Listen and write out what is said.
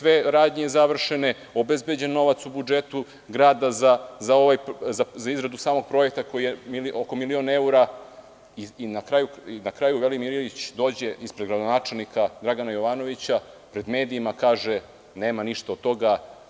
Sve radnje su završene, obezbeđen novac u budžet grada za izradu samog projekta koji je oko milion evra i, na kraju, dođe Velimir Ilićispred gradonačelnika Dragana Jovanovića, pred medijima, i kaže – nema ništa od toga.